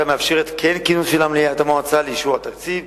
המאפשרת את כינוס מליאת המועצה לאישור התקציב,